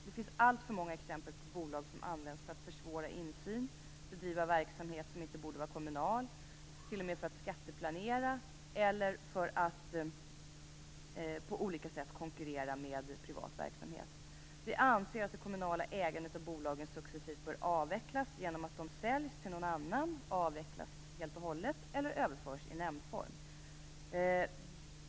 Det finns alltför många exempel på bolag som används för att försvåra insyn, bedriva verksamhet som inte borde vara kommunal, t.o.m. skatteplanera eller för att på olika sätt konkurrera med privat verksamhet. Vi anser att det kommunala ägandet av bolagen successivt bör avvecklas genom att de säljs, avvecklas helt och hållet eller överförs i nämndform.